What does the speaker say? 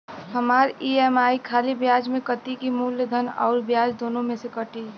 हमार ई.एम.आई खाली ब्याज में कती की मूलधन अउर ब्याज दोनों में से कटी?